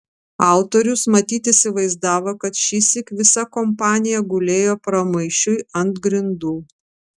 autorius matyt įsivaizdavo kad šįsyk visa kompanija gulėjo pramaišiui ant grindų